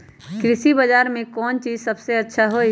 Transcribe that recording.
कृषि बजार में कौन चीज सबसे अच्छा होई?